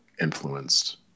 influenced